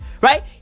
right